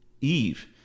Eve